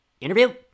interview